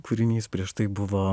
kūrinys prieš tai buvo